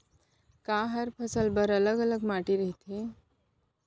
का हर फसल बर अलग अलग माटी रहिथे?